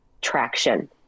traction